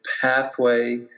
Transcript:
pathway